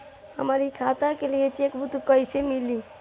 हमरी खाता के लिए चेकबुक कईसे मिली?